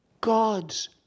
God's